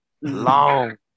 long